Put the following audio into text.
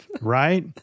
Right